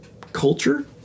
culture